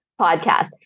podcast